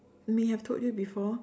may have told you before